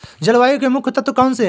जलवायु के मुख्य तत्व कौनसे हैं?